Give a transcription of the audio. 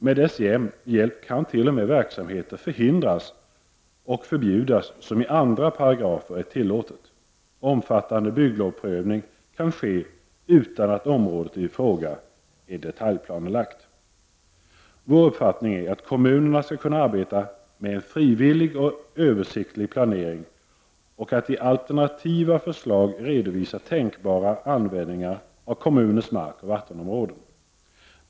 Med dess hjälp kan t.o.m. verksamheter förhindras och förbjudas som i andra paragrafer är tillåtna, och omfattande bygglovsprövning kan ske utan att området i fråga är detaljplanelagt. Vår uppfattning är att kommunerna skall kunna arbeta med en frivillig och översiktlig planering och att i alternativa förslag redovisa tänkbara användningar av kommunens markoch vattenområden.